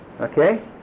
okay